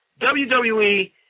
WWE